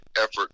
effort